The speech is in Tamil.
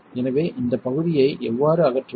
எனவே இந்த பகுதியை எவ்வாறு அகற்றுவது